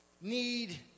need